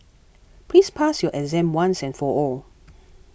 please pass your exam once and for all